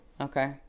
Okay